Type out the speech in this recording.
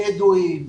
הבדואית,